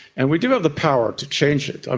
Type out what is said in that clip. and we do have the power to change it. i